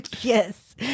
Yes